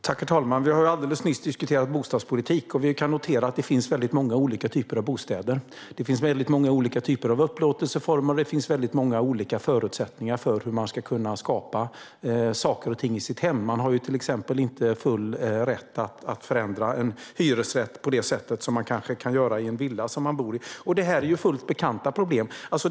Herr talman! Vi har alldeles nyss diskuterat bostadspolitik. Vi kan notera att det finns väldigt många olika typer av bostäder. Det finns många olika typer av upplåtelseformer, och det finns många olika förutsättningar för hur man ska kunna skapa saker och ting i sitt hem. Man har till exempel inte full rätt att förändra en hyresrätt på det sätt som man kanske kan göra i en villa som man bor i. Detta är ju fullt bekanta problem.